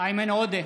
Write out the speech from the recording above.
איימן עודה,